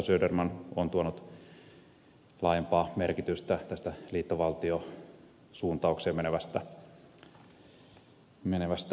söderman on tuonut laajempaa merkitystä tästä liittovaltiosuuntaukseen menevästä asiasta käynyt hyvin lävitse